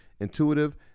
intuitive